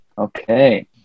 Okay